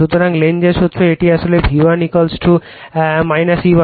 সুতরাং লেনজের সূত্র এটি আসলে V1 E1